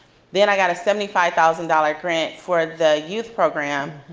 then i got a seventy five thousand dollars grant for the youth program.